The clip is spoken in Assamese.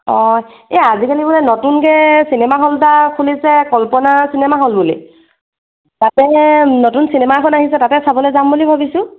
অঁ এই আজিকালি মানে নতুনকৈ চিনেমা হল এটা খুলিছে কল্পনা চিনেমা হল বুলি তাতে নতুন চিনেমা এখন আহিছে তাকে চাবলৈ যাম বুলি ভাবিছোঁ